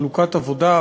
חלוקת עבודה,